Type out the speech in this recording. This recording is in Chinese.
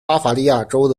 巴伐利亚州